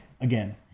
Again